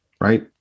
right